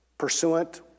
Pursuant